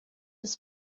des